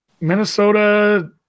Minnesota